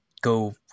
go